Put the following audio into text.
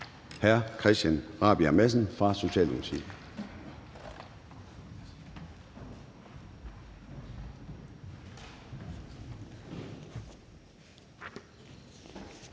Hr. Christian Rabjerg Madsen fra Socialdemokratiet.